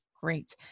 Great